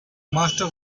master